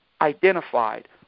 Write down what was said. identified